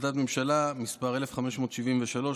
מ/1573.